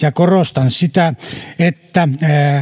ja korostan sitä että